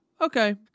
okay